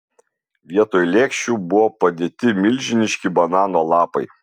vietoj lėkščių buvo padėti milžiniški banano lapai